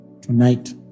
tonight